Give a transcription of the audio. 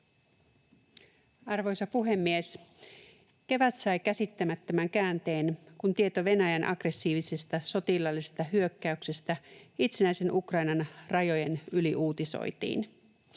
Arvoisa puhemies! Kevät sai käsittämättömän käänteen, kun tieto Venäjän aggressiivisesta sotilaallisesta hyökkäyksestä itsenäisen Ukrainan rajojen yli uutisoitiin.